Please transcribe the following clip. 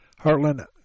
Heartland